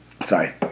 Sorry